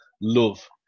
love